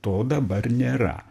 to dabar nėra